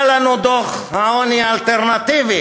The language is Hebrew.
בא לנו דוח העוני האלטרנטיבי,